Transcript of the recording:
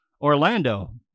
Orlando